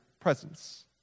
presence